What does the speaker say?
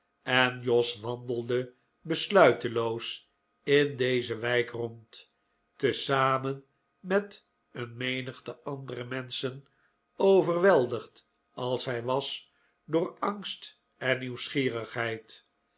en jos wandelde besluiteloos in deze wijk rond te zamen met een menigte andere menschen overweldigd als hij was door angst en nieuwsgierigheid